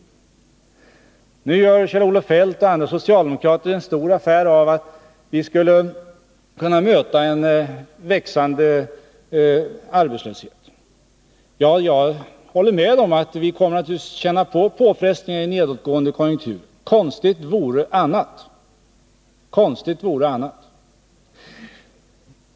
Nu gör Kjell-Olof Feldt och andra socialdemokrater en stor affär av att vi kan möta en växande arbetslöshet. Ja, jag håller med om att vi naturligtvis kommer att utsättas för påfrestningar i en nedåtgående konjunktur. Konstigt vore annat.